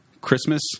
Christmas